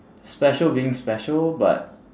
special being special but